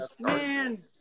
Man